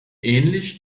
ähnlich